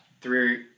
three